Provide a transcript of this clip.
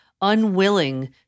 unwilling